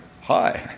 Hi